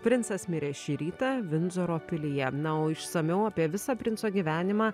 princas mirė šį rytą vindzoro pilyje na o išsamiau apie visą princo gyvenimą